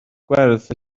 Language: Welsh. gwerth